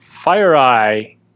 FireEye